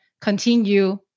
continue